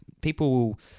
people